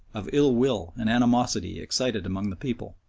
of ill-will and animosity excited among the people.